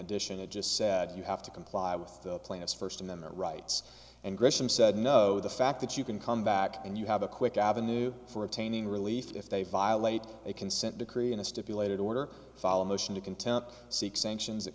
addition i just said you have to comply with the plaintiff's first amendment rights and gresham said no the fact that you can come back and you have a quick avenue for obtaining relief if they violate a consent decree in a stipulated order follow a motion to contempt seek sanctions